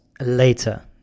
later